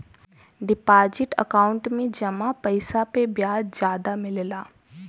deposit account में जमा पइसा पे ब्याज जादा मिलला